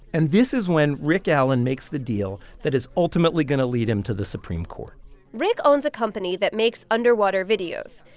and this is when rick allen makes the deal that is ultimately going to lead him to the supreme court rick owns a company that makes underwater videos,